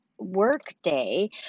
Workday